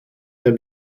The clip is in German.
der